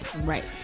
Right